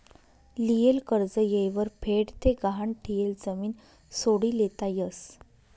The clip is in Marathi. लियेल कर्ज येयवर फेड ते गहाण ठियेल जमीन सोडी लेता यस